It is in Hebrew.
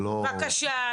בבקשה.